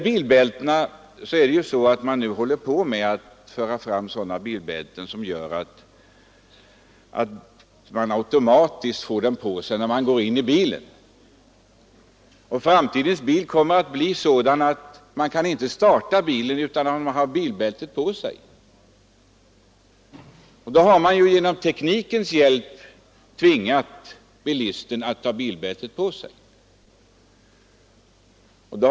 Bilindustrin arbetar nu med att få fram bilbälten som fungerar på det sättet att man automatiskt får bältet på sig när man sätter sig i bilen. Framtidens bil kommer att bli sådan att man inte kan starta den utan att ha bilbältet på sig. På det sättet tvingar man med teknikens hjälp bilisten att ta på sig bilbältet.